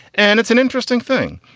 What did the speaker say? and it's an interesting thing.